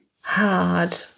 hard